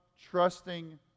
trusting